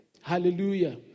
Hallelujah